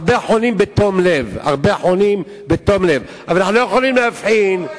הרבה חונים בתום לב, אבל אנחנו לא יכולים להבחין,